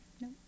No